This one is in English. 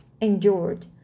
endured